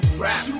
rap